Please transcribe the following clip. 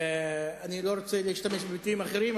אני לא רוצה להשתמש בביטויים אחרים,